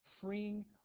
freeing